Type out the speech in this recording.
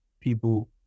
people